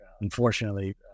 unfortunately